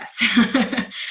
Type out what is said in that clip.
yes